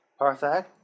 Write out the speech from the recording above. Parthak